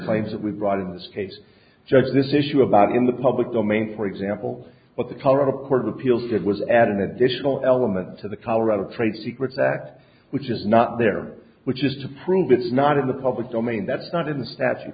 claims that we brought in this case judge this issue about in the public domain for example what the torah court of appeals did was add an additional element to the colorado trade secrets act which is not there which is to prove it's not in the public domain that's not in the statu